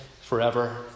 Forever